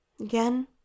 again